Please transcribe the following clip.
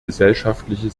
gesellschaftliche